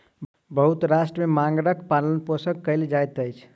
बहुत राष्ट्र में मगरक पालनपोषण कयल जाइत अछि